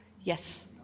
Yes